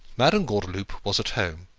madame gordeloup was at home,